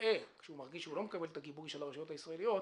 כנראה כשהוא מרגיש שהוא לא מקבל את הגיבוי של הרשויות הישראליות,